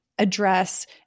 address